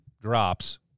drops